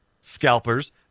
scalpers